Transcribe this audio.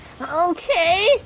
okay